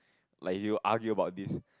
like if you argue about this